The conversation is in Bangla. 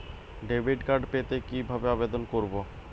ডেবিট কার্ড পেতে কি ভাবে আবেদন করব?